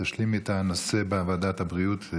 אז תשלימי את הנושא בוועדת הבריאות.